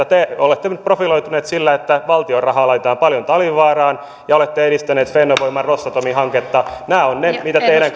te olette nyt profiloituneet sillä että valtion rahaa laitetaan paljon talvivaaraan ja olette edistäneet fennovoiman rosatomin hanketta nämä ovat ne mitä teidän